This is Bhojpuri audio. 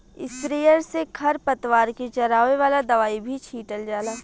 स्प्रेयर से खर पतवार के जरावे वाला दवाई भी छीटल जाला